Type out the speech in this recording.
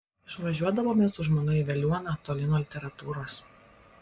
išvažiuodavome su žmona į veliuoną toli nuo literatūros